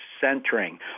centering